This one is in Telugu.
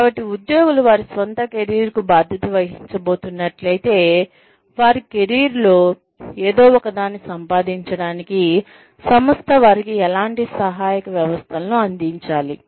కాబట్టి ఉద్యోగులు వారి స్వంత కెరీర్కు బాధ్యత వహించబోతున్నట్లయితే వారి కెరీర్లో ఏదో ఒకదాన్ని సంపాదించడానికి సంస్థ వారికి ఎలాంటి సహాయక వ్యవస్థలను అందించాలి